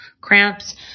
cramps